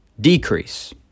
decrease